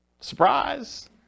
Surprise